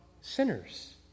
sinners